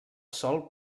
sòl